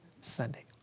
Sunday